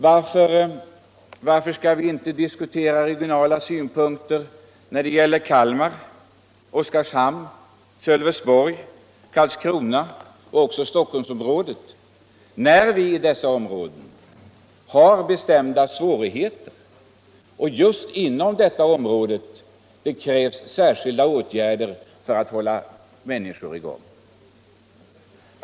Varför skall vi inte diskutera regionala synpunkter när det gäller Kalmar, Oskarshamn, Sölvesborg, Karlskrona och även Stockholmsområdet, när vi i dessa områden har bestämda svårigheter och när det just inom det aktuella fältet krävs särskilda åtgärder för att upprätthålla sysselsättningen?